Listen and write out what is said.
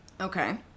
okay